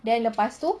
then lepas tu